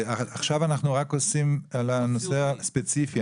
עכשיו אנחנו רק דנים בנושא הספציפי,